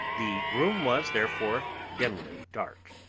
the room was, therefore, dimly dark.